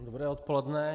Dobré odpoledne.